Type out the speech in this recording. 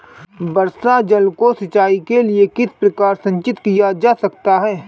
वर्षा जल को सिंचाई के लिए किस प्रकार संचित किया जा सकता है?